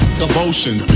devotion